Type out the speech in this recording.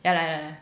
ya lah ya lah